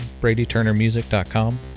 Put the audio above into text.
bradyturnermusic.com